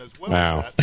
Wow